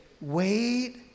wait